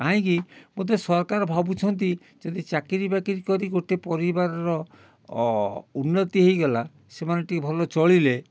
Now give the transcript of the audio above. କାଇଁକି ବୋଧେ ସରକାର ଭାବୁଛନ୍ତି ଯଦି ଚାକିରି ବାକିରି ଗୋଟେ ପରିବାରର ଉନ୍ନତି ହେଇଗଲା ସେମାନେ ଟିକେ ଭଲ ଚଳିଲେ